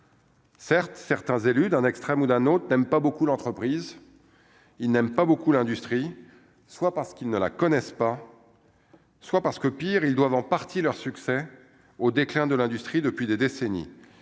Certes, certains élus d'un extrême, ou d'un autre n'aime pas beaucoup l'entreprise, il n'aime pas beaucoup l'industrie soit parce qu'ils ne la connaissent pas, soit parce que pire, ils doivent en partie leur succès au déclin de l'industrie depuis des décennies,